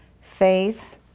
faith